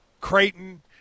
Creighton